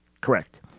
Correct